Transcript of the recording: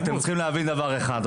אתם צריכים להבין דבר אחד.